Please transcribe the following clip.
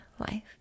life